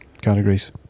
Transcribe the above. categories